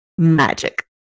magic